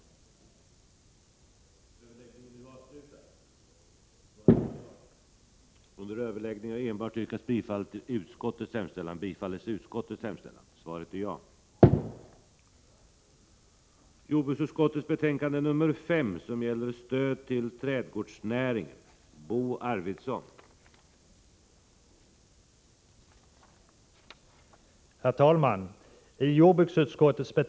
Överläggningen var härmed avslutad.